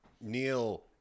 Neil